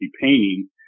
painting